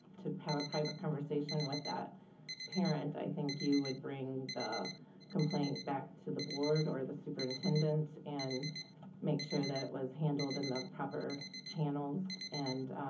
to have a private conversation with that parent. i think you would bring the complaint back to the board or the superintendent and make sure that it was handled in the proper channels and